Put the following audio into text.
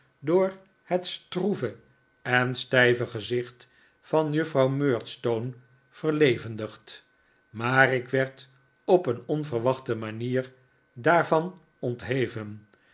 door het'stroeve en stijve gezicht van juffrouw murdstone verlevendigd maar ik werd op een onverwachte manier daarvan ontheven